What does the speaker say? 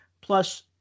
plus